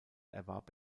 erwarb